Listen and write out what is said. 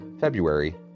February